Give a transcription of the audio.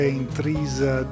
intrisa